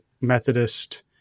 Methodist